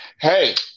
hey